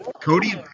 Cody